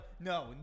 no